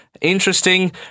Interesting